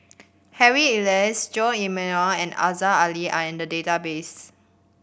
Harry Elias Jose D'Almeida and Aziza Ali are in the database